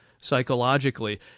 psychologically